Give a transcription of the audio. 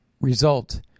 result